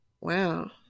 Wow